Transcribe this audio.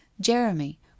Jeremy